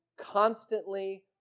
constantly